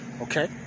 Okay